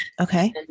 Okay